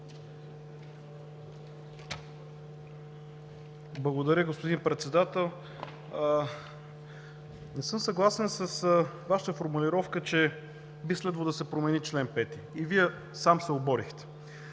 Благодаря, господин Председател. Не съм съгласен с Вашата формулировка, че би следвало да се промени чл. 5 и Вие сам се оборихте.